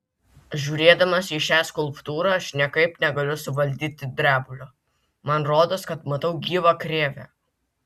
žiūrėdamas į šią skulptūrą aš niekaip negaliu suvaldyti drebulio man rodos kad matau gyvą krėvę